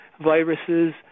viruses